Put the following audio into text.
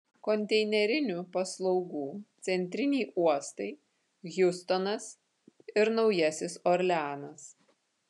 konteinerinių paslaugų centriniai uostai hjustonas ir naujasis orleanas